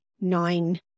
nine